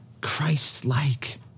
Christ-like